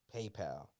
PayPal